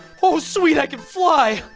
oh, sweet! i can fly!